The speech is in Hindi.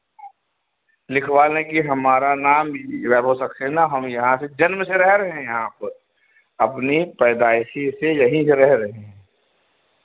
लिखवा लें कि हमारा नाम वैभव सक्सेना हम यहाँ से जन्म से रह रहे हैं यहाँ पर अपनी पैदाइशी से यहीं पे रह रहे हैं